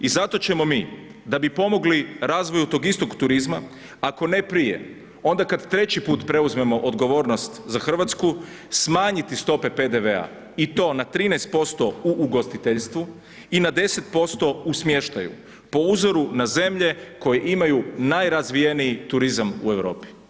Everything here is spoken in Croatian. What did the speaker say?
I zato ćemo mi da bi pomogli razvoju tog istog turizma ako ne prije, onda kad treći put preuzmemo odgovornost za Hrvatsku, smanjiti stope PDV-a i to na 13% u ugostiteljstvu i na 10% u smještaju po uzoru na zemlje koje imaju najrazvijeniji turizam u Europi.